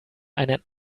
einen